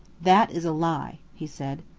that is a lie, he said.